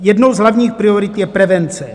Jednou z hlavních priorit je prevence.